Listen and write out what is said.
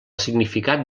significat